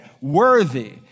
worthy